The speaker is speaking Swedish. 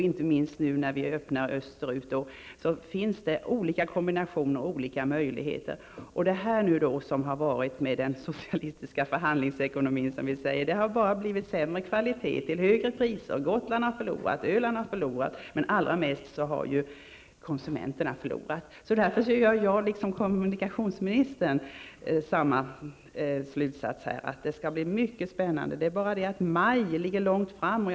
Inte minst när gränserna österut nu har öppnats finns det olika kombinationer och olika möjligheter. Med den socialistiska förhandlingsekonomi -- som vi kallar den -- som har varit har det bara blivit sämre kvalitet till högre priser. Gotland har förlorat, Öland har förlorat, men allra mest har konsumenterna förlorat. Därför drar jag samma slutsats som kommunikationsministern: Det skall bli mycket spännande. Det är bara det att maj ligger långt fram i tiden.